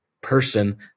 person